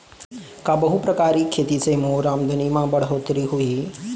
का बहुप्रकारिय खेती से मोर आमदनी म बढ़होत्तरी होही?